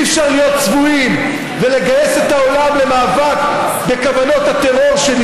ואי-אפשר להיות צבועים ולגייס את העולם למאבק בכוונות הטרור של